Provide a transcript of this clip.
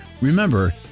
remember